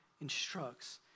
instructs